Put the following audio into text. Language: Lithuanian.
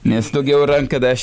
nes daugiau ranka daš